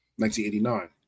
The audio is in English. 1989